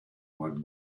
one